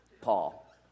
Paul